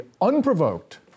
unprovoked